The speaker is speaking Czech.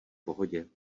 pohodě